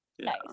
Nice